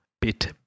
bit